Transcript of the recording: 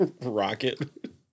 Rocket